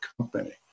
company